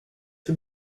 för